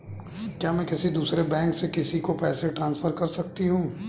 क्या मैं किसी दूसरे बैंक से किसी को पैसे ट्रांसफर कर सकती हूँ?